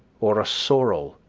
or ah sorrel,